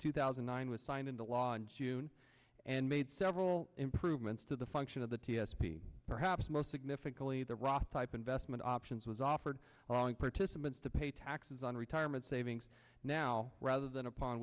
two thousand and nine was signed into law in june and made several improvements to the function of the t s p perhaps most significantly the raw type investment options was offered along participants to pay taxes on retirement savings now rather than upon